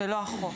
לא החוק.